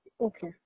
Okay